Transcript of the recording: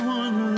one